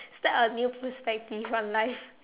start a new perspective on life